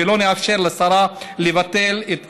ולא נאפשר לשרה לבטל את זה.